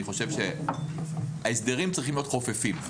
אני חושב שההסדרים צריכים להיות חופפים.